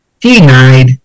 Denied